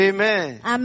Amen